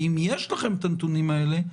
אם יש לכם את הנתונים האלה,